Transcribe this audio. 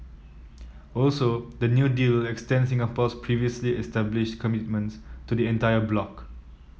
also the new deal will extend Singapore's previously established commitments to the entire bloc